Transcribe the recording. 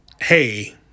hey